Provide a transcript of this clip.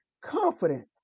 confident